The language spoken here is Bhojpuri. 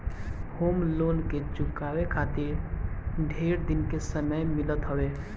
होम लोन के चुकावे खातिर ढेर दिन के समय मिलत हवे